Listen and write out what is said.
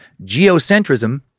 geocentrism